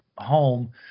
Home